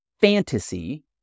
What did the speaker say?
fantasy